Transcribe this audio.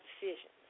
decisions